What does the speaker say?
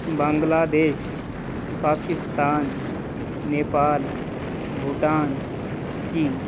Bangladesh Pakistan Nepal Bhutan China